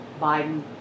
Biden